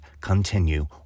continue